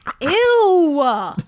Ew